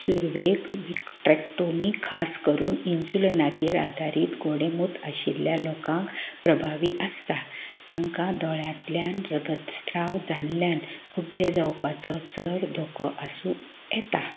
सुरवेक व्हिट्रॅक्टोमी खास करून इन्सुलनाचेर आदारीत गोडेमूत आशिल्ल्या लोकांक प्रभावी आसता तांकां दोळ्यांतल्यान रगतस्त्राव जाल्ल्यान कुड्डे जावपाचो चड धोको आसूं येता